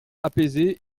apaisé